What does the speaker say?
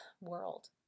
world